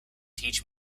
teach